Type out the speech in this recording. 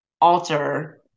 alter